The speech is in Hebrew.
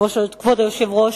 כבוד היושב-ראש,